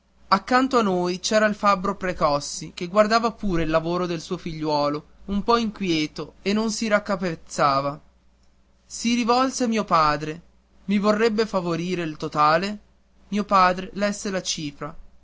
accanto a noi c'era il fabbro precossi che guardava pure il lavoro del suo figliuolo un po inquieto e non si raccapezzava si rivolse a mio padre i vorrebbe favorire il totale mio padre lesse la cifra